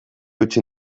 utzi